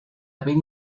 haber